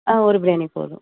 ஆ ஒரு பிரியாணி போதும்